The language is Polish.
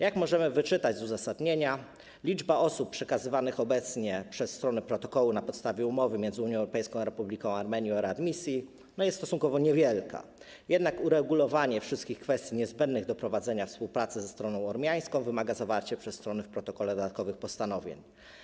Jak możemy wyczytać z uzasadnienia, liczba osób obecnie przekazywanych przez strony protokołu na podstawie umowy między Unią Europejską a Republiką Armenii o readmisji jest stosunkowo niewielka, jednak uregulowanie wszystkich kwestii niezbędnych do prowadzenia współpracy ze stroną ormiańską wymaga zawarcia przez strony w protokole dodatkowych postanowień.